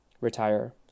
retire